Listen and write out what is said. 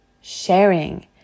sharing